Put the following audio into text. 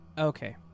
Okay